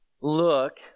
look